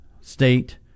State